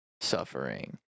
suffering